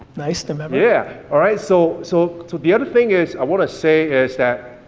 nice, november. yeah, alright, so so so, the other thing is, i wanna say is that,